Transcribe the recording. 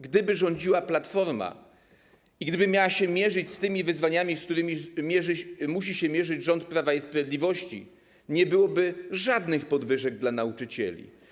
Gdyby rządziła Platforma i gdyby miała się mierzyć z tymi wyzwaniami, z którymi musi się mierzyć rząd Prawa i Sprawiedliwości, nie byłoby żadnych podwyżek dla nauczycieli.